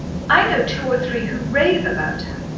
i know two or three who rave about her.